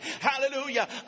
Hallelujah